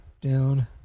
down